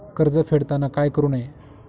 कर्ज फेडताना काय करु नये?